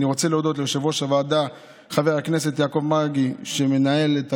אני רוצה להודות ליושב-ראש הוועדה חבר הכנסת יעקב מרגי,